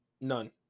none